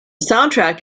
soundtrack